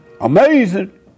Amazing